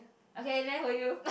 okay there for you